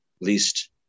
least